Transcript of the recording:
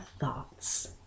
thoughts